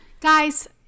Guys